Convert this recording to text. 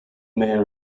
mayor